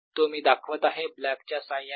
तो मी दाखवत आहे ब्लॅक च्या साह्याने